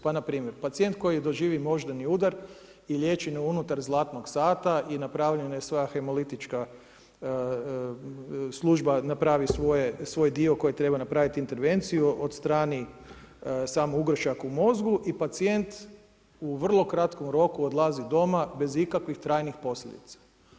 Pa npr. pacijent koji doživi moždani udar i liječen je unutar zlatnog sata i napravljena je sva hemolitička služba napravi svoj dio koji treba napraviti intervenciju, odstrani sam ugrušak u mozgu i pacijent u vrlo kratko roku odlazi doma bez ikakvih trajnih posljedica.